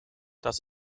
das